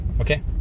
Okay